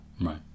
Right